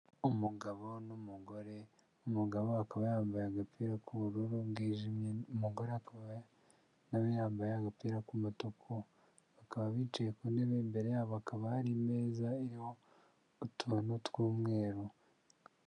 Umugabo n'umugore umugabo akaba yambaye agapira k'ubururu bwijimye, umugore akaba nawe yambaye agapira k'umutuku, bakaba bicaye ku ntebe imbere yabo hakaba hari meza iririmo utuntu tw'umweru.